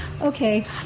Okay